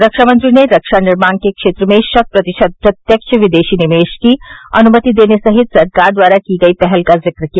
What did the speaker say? रक्षा मंत्री ने रक्षा निर्माण के क्षेत्र में शत प्रतिशत प्रत्यक्ष विदेशी निवेश की अनुमति देने सहित सरकार द्वारा की गई पहल का जिक्र किया